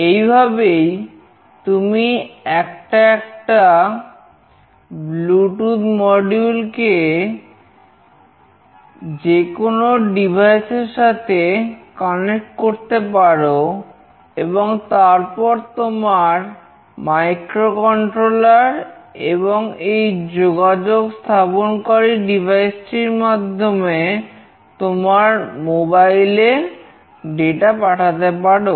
এই ভাবেই তুমি একটা একটা ব্লুটুথ মডিউল পাঠাতে পারো